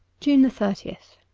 june thirtieth